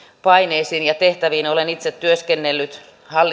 paineisiin ja tehtäviin olen itse työskennellyt